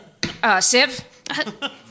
Siv